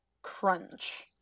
Crunch